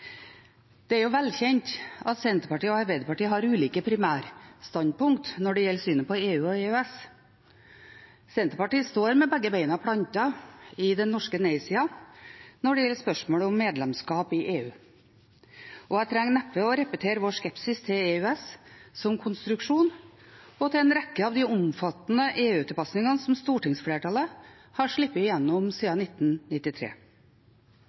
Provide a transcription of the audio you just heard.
Det er velkjent at Senterpartiet og Arbeiderpartiet har ulike primærstandpunkt når det gjelder synet på EU og EØS. Senterpartiet står med begge beina plantet i den norske nei-sida når det gjelder spørsmålet om medlemskap i EU. Og jeg trenger neppe å repetere vår skepsis til EØS som konstruksjon, og til en rekke av de omfattende EU-tilpasningene som stortingsflertallet har